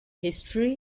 history